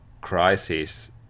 crisis